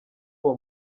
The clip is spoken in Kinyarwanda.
uwo